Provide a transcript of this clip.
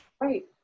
Right